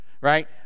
right